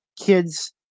kids